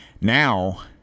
now